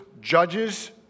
judges